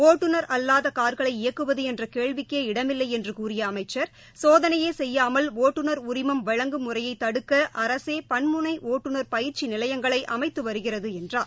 ஒட்டுநர் அல்லாத கார்களை இயக்குவது என்ற கேள்விக்கே இடமில்லை என்றும் கூறிய அமைச்சர் சோதனையே செய்யாமல் ஒட்டுநர் உரிமம் வழங்கும் முறையை தடுக்க அரசே பன்முனை ஒட்டுநர் பயிற்சி நிலையங்களை அமைத்து வருகிறது என்றார்